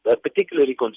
particularly